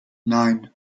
nein